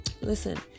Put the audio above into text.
Listen